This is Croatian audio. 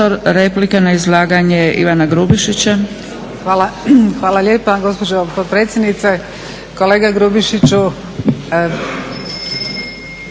Hvala, hvala lijepa gospođo potpredsjednice. Kolega Grubišiću